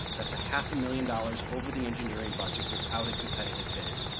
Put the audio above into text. that's a half a million dollars over the engineering budget, without a competitive bid.